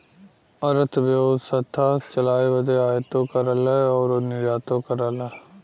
अरथबेवसथा चलाए बदे आयातो करला अउर निर्यातो करला